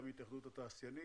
גם התאחדות התעשיינים,